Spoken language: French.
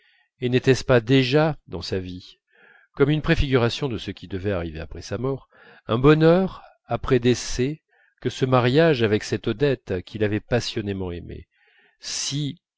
et n'était-ce pas déjà dans sa vie comme une préfiguration de ce qui devait arriver après sa mort un bonheur après décès que ce mariage avec cette odette qu'il avait passionnément aimée si